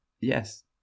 Yes